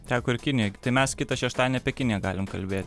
teko ir kinijoj tai mes kitą šeštadienį apie kiniją galim kalbėt